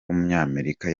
w’umunyamerika